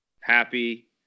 happy